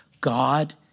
God